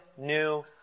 new